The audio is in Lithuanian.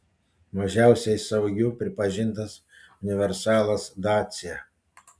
mažiausiai saugiu pripažintas universalas dacia